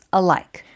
alike